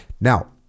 Now